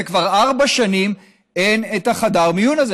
וכבר ארבע שנים אין את חדר המיון הזה.